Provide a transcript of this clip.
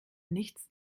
nichts